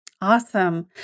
Awesome